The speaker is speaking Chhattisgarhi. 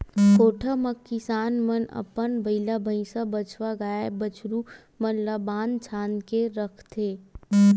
कोठा म किसान मन अपन बइला, भइसा, बछवा, गाय, बछरू मन ल बांध छांद के रखथे